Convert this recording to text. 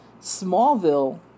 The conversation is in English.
Smallville